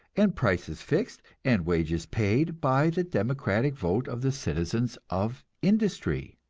and prices fixed and wages paid by the democratic vote of the citizens of industry.